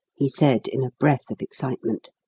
he said in a breath of excitement.